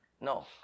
No